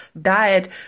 diet